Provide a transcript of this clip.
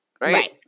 Right